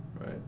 Right